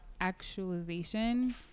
actualization